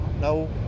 No